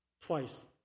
twice